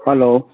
hello